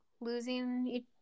losing